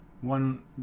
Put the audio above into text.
one